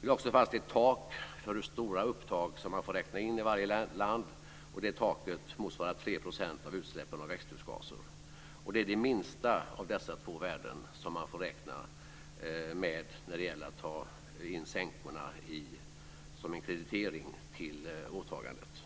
Vi lade också fast ett tak för hur stora upptag som man får räkna in i varje land, och det taket motsvarar 3 % av utsläppen av växthusgaser. Det är det minsta av dessa två värden som man får räkna med när det gäller att ta in sänkorna som en kreditering till åtagandet.